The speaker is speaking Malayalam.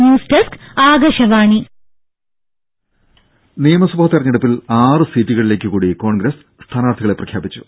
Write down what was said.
ന്യൂസ് ഡെസ്ക് ആകാശവാണി രും നിയമസഭാ തെരഞ്ഞെടുപ്പിൽ ആറു സീറ്റുകളിലേക്ക് കൂടി കോൺഗ്രസ് സ്ഥാനാർഥികളെ പ്രഖ്യാപിച്ചു